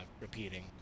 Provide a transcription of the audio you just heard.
repeating